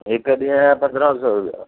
हिकु ॾींहं जा पंदरहां सौ रुपया